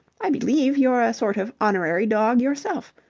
i believe you're a sort of honorary dog yourself.